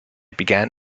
began